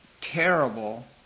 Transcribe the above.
terrible